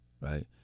right